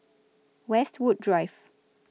Westwood Drive